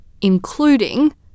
including